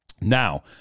Now